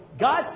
God